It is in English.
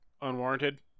unwarranted